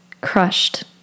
crushed